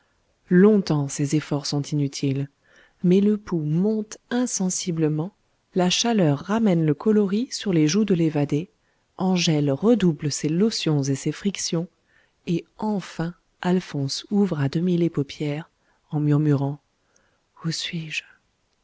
longtemps ses efforts sont inutiles mais le pouls monte insensiblement la chaleur ramène le coloris sur les joues de l'évadé angèle redouble ses lotions et ses frictions et enfin alphonse ouvre à demi les paupières en murmurant où suis-je